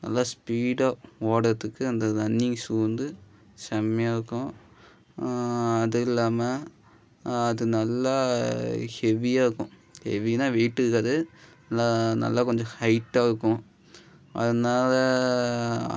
நல்லா ஸ்பீடாக ஓடுறத்துக்கு அந்த ரன்னிங் ஷூ வந்து செம்மையா இருக்கும் அது இல்லாமல் அது நல்லா ஹெவியாக இருக்கும் ஹெவின்னால் வெயிட்டு இருக்காது நல்லா நல்லா கொஞ்சம் ஹைட்டாக இருக்கும் அதனால்